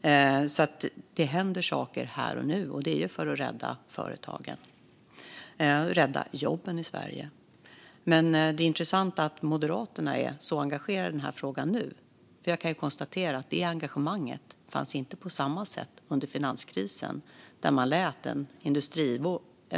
Det händer alltså saker här och nu, och det är för att rädda företagen och jobben i Sverige. Det är intressant att Moderaterna är så engagerade i den här frågan nu. Jag kan konstatera att det engagemanget inte fanns på samma sätt under finanskrisen, då man lät en